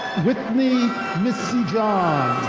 withney misiedjan.